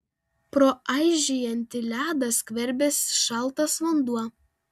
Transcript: pro aižėjantį ledą skverbėsi šaltas vanduo